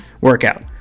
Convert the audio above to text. workout